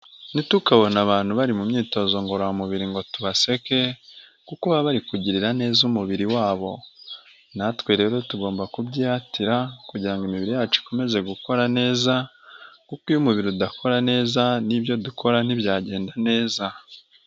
Ntitukabone abantu bari mu myitozo ngororamubiri ngo tubaseke, kuko baba bari kugirira neza umubiri wabo, natwe rero tugomba kubyihatira kugira ngo imibiri yacu ikomeze gukora neza, kuko iyo umubiri udakora neza n'ibyo dukora ntibyagenda neza.